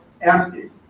empty